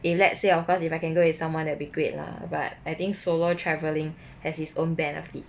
if let's say of course if I can go with someone that be great lah but I think solo travelling has it's own benefit